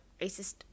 racist